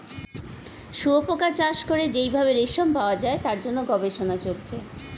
শুয়োপোকা চাষ করে যেই ভাবে রেশম পাওয়া যায় তার জন্য গবেষণা চলছে